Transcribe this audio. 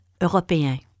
européen